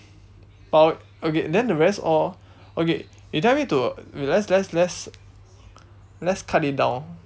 oh okay then the rest all okay you tell me to wait let's let's let's let's cut it down